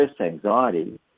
anxiety